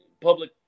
public